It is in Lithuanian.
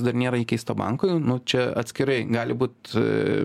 dar nėra įkeista bankui nu čia atskirai gali būt